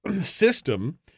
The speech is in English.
system